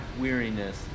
weariness